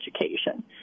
education